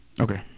okay